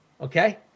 Okay